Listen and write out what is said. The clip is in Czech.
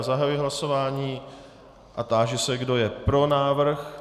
Zahajuji hlasování a táži se, kdo je pro návrh.